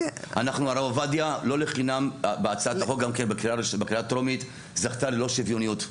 הרב עובדיה לא לחינם בהצעת החוק בקריאה הטרומית זכתה ללא שוויוניות.